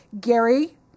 gary